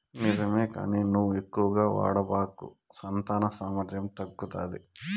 నిజమే కానీ నువ్వు ఎక్కువగా వాడబాకు సంతాన సామర్థ్యం తగ్గుతాది